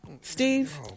Steve